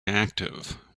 active